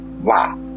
Wow